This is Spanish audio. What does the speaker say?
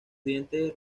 dientes